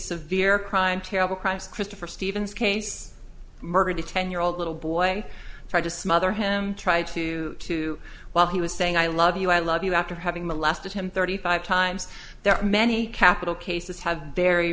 crimes christopher stevens case murdered a ten year old little boy tried to smother him tried to two while he was saying i love you i love you after having molested him thirty five times there are many capital cases have very